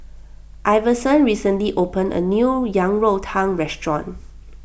Iverson recently opened a new Yang Rou Tang restaurant